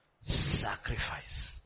sacrifice